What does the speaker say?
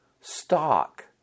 stock